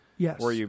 Yes